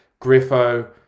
Griffo